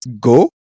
go